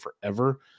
forever